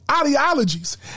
ideologies